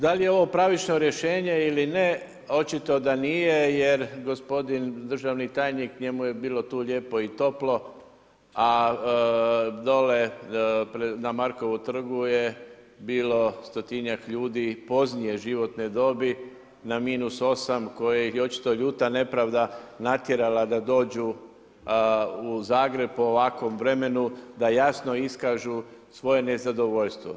Dal je ovo pravično rješenje ili ne, očito da nije, jer gospodin državni tajnik, njemu je bilo tu lijepo i toplo a dole na Markovom trgu je bilo 100-tinjak ljudi poznije životne dobi na minus 8 koje je očito ljuta nepravda natjerala da dođu u Zagreb po ovakvom vremenu, da jasno iskažu svoje nezadovoljstvo.